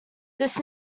this